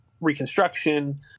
Reconstruction